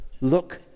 Look